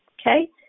Okay